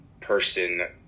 person